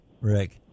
Rick